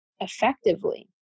effectively